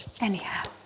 Anyhow